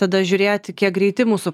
tada žiūrėti kiek greiti mūsų